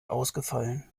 ausgefallen